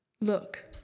Look